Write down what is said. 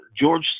George